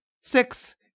six